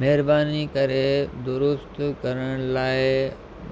महिरबानी करे दुरुस्त करण लाइ